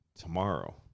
tomorrow